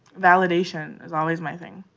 validation is always my thing.